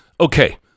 Okay